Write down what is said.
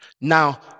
Now